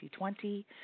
2020